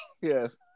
Yes